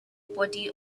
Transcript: body